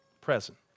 present